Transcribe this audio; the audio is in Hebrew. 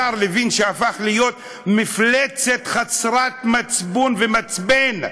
השר לוין, שהפך להיות מפלצת חסרת מצפון ומצפן,